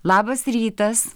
labas rytas